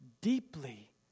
deeply